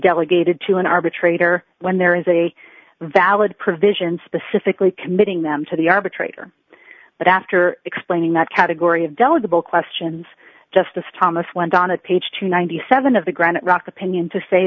delegated to an arbitrator when there is a valid provision specifically committing them to the arbitrator but after explaining that category of del of the ball questions justice thomas went on a page to ninety seven of the granite rock opinion to say